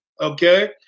okay